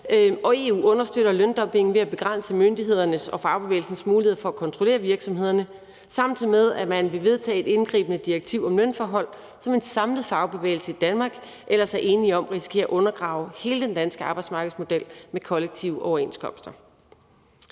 EU understøtter løndumping ved at begrænse myndighedernes og fagbevægelsens muligheder for at kontrollere virksomhederne, samtidig med at man vil vedtage et indgribende direktiv om lønforhold, som en samlet fagbevægelse i Danmark ellers er enige om risikerer at undergrave hele den danske arbejdsmarkedsmodel med kollektive overenskomster.